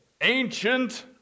ancient